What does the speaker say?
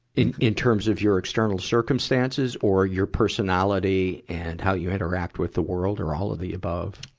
in, in terms of your external circumstances or your personality and how you interact with the world, or all of the above?